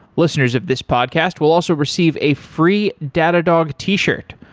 listeners of this podcast will also receive a free datadog t-shirt.